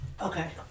Okay